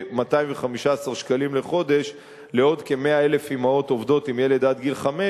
ו-215 שקלים לחודש לעוד כ-100,000 אמהות עובדות עם ילד עד גיל חמש.